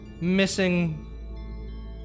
missing